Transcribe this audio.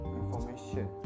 information